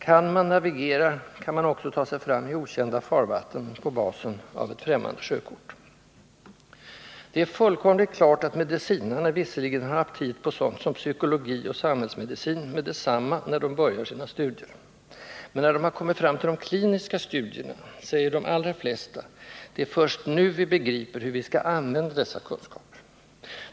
Kan man navigera, kan man också ta sig fram i okända farvatten på basen av ett främmande sjökort. Det är fullkomligt klart att medicinarna visserligen har aptit på sådant som psykologi och samhällsmedicin med detsamma, när de börjar sina studier, men när de kommit fram till de kliniska studierna säger de allra flesta: Det är först nu vi begriper hur vi skall använda dessa kunskaper.